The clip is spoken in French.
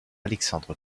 alexandre